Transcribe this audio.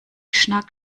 schnack